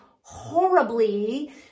horribly